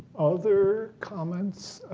other comments,